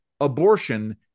abortion